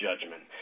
judgment